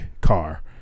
car